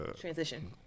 Transition